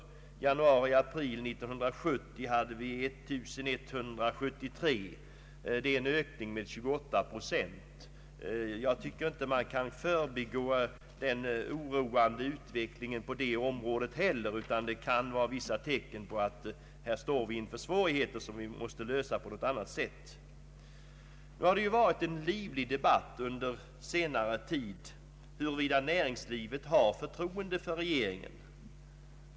Under tiden januari—april 1970 var antalet 1073, alltså en ökning med 28 procent. Jag tycket att man inte heller på detta område kan förbigå den oroande utvecklingen. Den kan vara ett tecken på att vi här står inför svårigheter, som vi måste bemästra på något annat sätt. Under senare tid har en livlig debatt ägt rum om huruvida näringslivet har förtroende för regeringen.